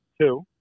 two